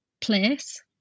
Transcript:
place